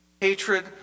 Hatred